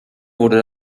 wurde